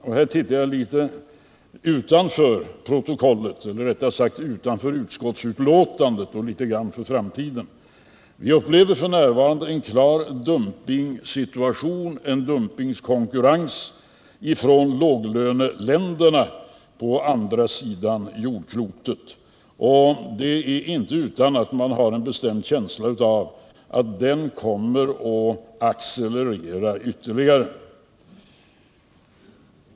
— och här tittar jag utanför utskottsbetänkandet och litet grand in i framtiden — en dumpingkonkurrens från låglöneländerna på andra sidan jordklotet. Det är inte utan att jag har en bestämd känsla av att den kommer att accelerera ytterligare.